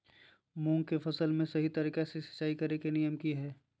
मूंग के फसल में सही तरीका से सिंचाई करें के नियम की हय?